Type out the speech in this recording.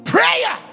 Prayer